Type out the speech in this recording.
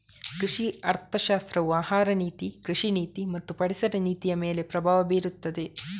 ಕೃಷಿ ಅರ್ಥಶಾಸ್ತ್ರವು ಆಹಾರ ನೀತಿ, ಕೃಷಿ ನೀತಿ ಮತ್ತು ಪರಿಸರ ನೀತಿಯಮೇಲೆ ಪ್ರಭಾವ ಬೀರುತ್ತದೆ